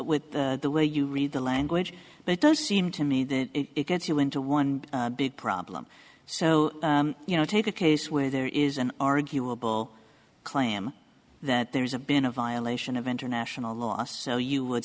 with the with the way you read the language but it does seem to me that it gets you into one big problem so you know take a case where there is an arguable claim that there's a been a violation of international law so you would